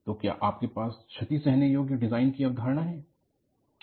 तो क्या आपके पास क्षति सहने योग्य डिजाइन की अवधारणा है